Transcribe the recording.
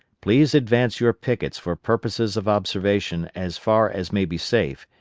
please advance your pickets for purposes of observation as far as may be safe,